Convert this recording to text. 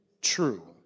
true